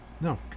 no